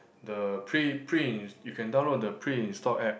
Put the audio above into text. the pre pre in~ you can download the pre install app